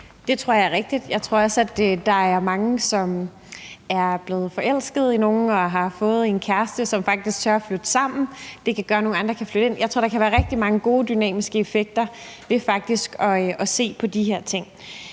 Det tror jeg er rigtigt. Jeg tror også, der er mange, som er blevet forelsket i nogen, har fået en kæreste, som de faktisk tør flytte sammen med, og det kan gøre, at nogle andre kan få deres bolig. Jeg tror, der kan være rigtig mange gode dynamiske effekter ved faktisk at gøre noget ved de her ting.